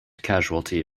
casualty